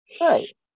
right